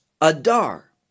adar